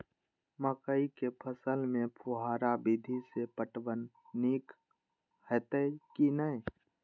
मकई के फसल में फुहारा विधि स पटवन नीक हेतै की नै?